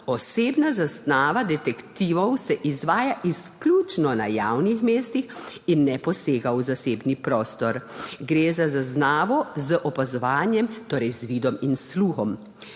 Osebna zaznava detektivov se izvaja izključno na javnih mestih in ne posega v zasebni prostor. Gre za zaznavo z opazovanjem, torej z vidom in sluhom.